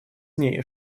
ней